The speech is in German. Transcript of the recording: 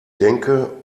denke